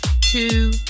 two